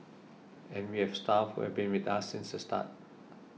and we've staff who've been with us since the start